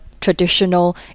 traditional